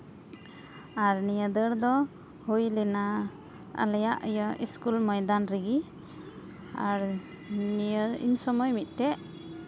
ᱟᱨ ᱱᱤᱭᱟᱹ ᱫᱟᱹᱲ ᱫᱚ ᱦᱩᱭ ᱞᱮᱱᱟ ᱟᱞᱮᱭᱟᱜ ᱢᱚᱭᱫᱟᱱ ᱨᱮᱜᱮ ᱱᱤᱭᱟᱹ ᱩᱱ ᱥᱚᱢᱚᱭ ᱢᱤᱫᱴᱮᱱ